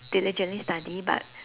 diligently study but